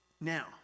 Now